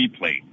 replay